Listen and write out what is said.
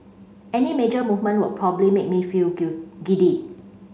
any major movement would probably make me feel giddy